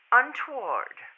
untoward